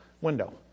window